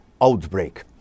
outbreak